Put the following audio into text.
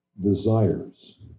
desires